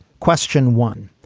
question one.